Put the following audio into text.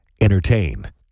Entertain